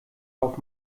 auf